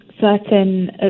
certain